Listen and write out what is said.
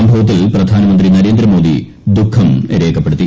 സംഭവത്തിൽ പ്രധാനമന്ത്രി നരേന്ദ്രമോദി ദുഃഖം രേഖപ്പെടുത്തി